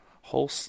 Whole